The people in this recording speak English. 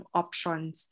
options